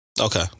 Okay